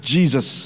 Jesus